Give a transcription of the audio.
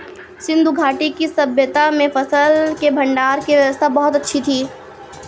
सिंधु घाटी की सभय्ता में फसल के भंडारण की व्यवस्था बहुत अच्छी थी